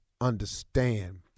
understand